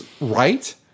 right